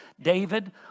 David